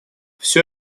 все